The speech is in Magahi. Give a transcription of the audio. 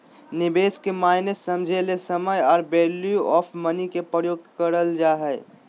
निवेश के मायने समझे ले समय आर वैल्यू ऑफ़ मनी के प्रयोग करल जा हय